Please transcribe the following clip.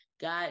god